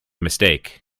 mistake